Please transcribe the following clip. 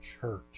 church